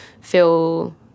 feel